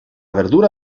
verdura